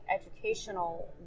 educational